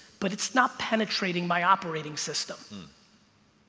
but it's not penetrating my operating system